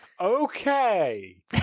Okay